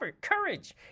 courage